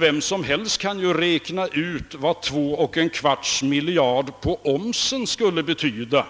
Vem som helst kan räkna ut vad 2!/: miljarder på omsen skulle betyda.